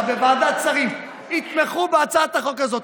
בוועדת שרים יתמכו בהצעת החוק הזאת,